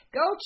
go